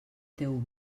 teu